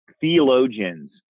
theologians